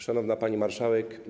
Szanowna Pani Marszałek!